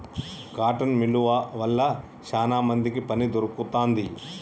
cotton మిల్లువ వల్ల శానా మందికి పని దొరుకుతాంది